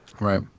Right